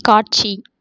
காட்சி